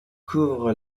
couvre